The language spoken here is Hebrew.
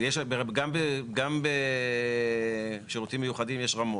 גם בשירותים מיוחדים יש רמות.